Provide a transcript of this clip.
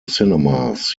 cinemas